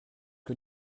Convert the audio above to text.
que